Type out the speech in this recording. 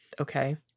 Okay